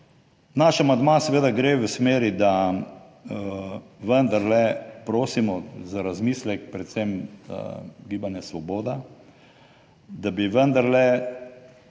Naš amandma seveda gre v smeri, da vendarle prosimo za razmislek, predvsem Gibanje Svoboda, da bi vendarle